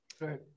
Right